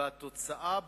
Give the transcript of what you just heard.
והתוצאה,